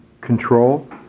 control